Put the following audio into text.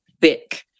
thick